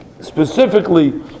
specifically